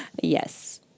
Yes